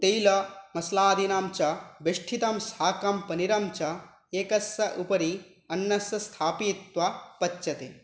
तैल मस्लादीनाञ्च वेष्ठितं साकं पनीरञ्च एकस्य उपरि अन्यं स्थापयित्वा पच्यते